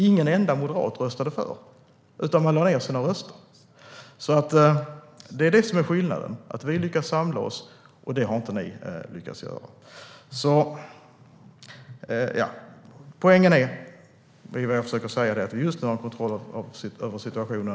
Inte en enda moderat röstade för, utan man lade ned sina röster. Detta är skillnaden - vi lyckades samla oss. Det har inte ni lyckats göra. Poängen och det jag försöker säga är att vi just nu har kontroll över situationen.